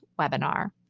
webinar